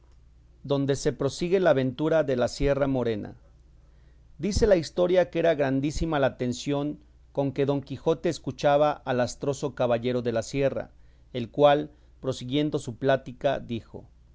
donde se prosigue la aventura de la sierra morena dice la historia que era grandísima la atención con que don quijote escuchaba al astroso caballero de la sierra el cual prosiguiendo su plática dijo